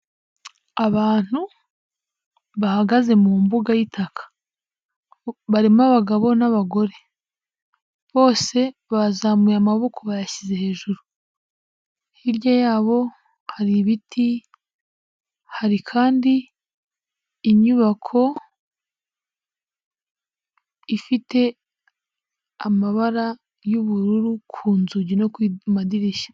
Abantu bahagaze mu mbuga y'itaka, barimo abagabo n'abagore, bose bazamuye amaboko bayashyize hejuru, hirya yabo hari ibiti hari kandi inyubako ifite amabara y'ubururu ku nzugi no ku madirishya.